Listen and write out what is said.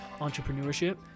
entrepreneurship